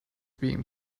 being